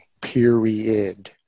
period